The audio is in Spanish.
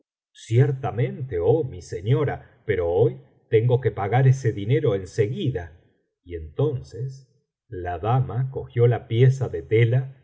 ciertamente oh mi señora pero hoy tengo que pagar ese dinero en seguida y entonces la dama cogió la pieza de tela